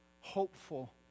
hopeful